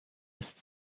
ist